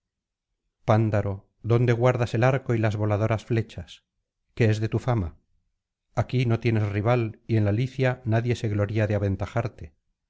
pándaro dónde guardas el arco y las voladoras flechas qué es de tu fama aquí no tienes rival y en la licia nadie se gloría de aventajarte